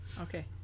Okay